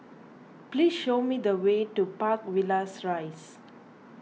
please show me the way to Park Villas Rise